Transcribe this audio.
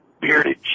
Bearded